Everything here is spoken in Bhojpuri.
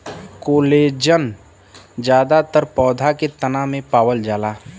कोलेजन जादातर पौधा के तना में पावल जाला